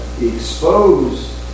expose